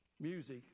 music